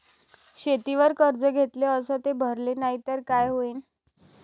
शेतीवर कर्ज घेतले अस ते भरले नाही तर काय होईन?